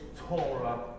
Torah